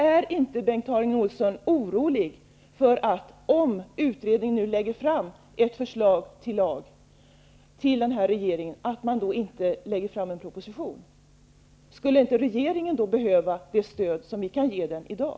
Är inte Bengt Harding Olson orolig för att regeringen, om utredningen nu lägger fram ett förslag till lag, inte lägger fram en proposition? Skulle inte regeringen behöva det stöd som vi kan ge den i dag?